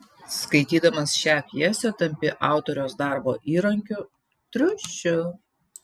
skaitydamas šią pjesę tampi autoriaus darbo įrankiu triušiu